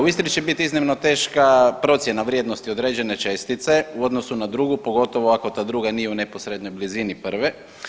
U Istri će biti iznimno teška procjena vrijednosti određene čestice u odnosu na drugu pogotovo ako ta druga nije u neposrednoj blizini prve.